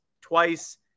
twice